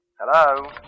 Hello